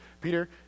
Peter